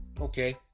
Okay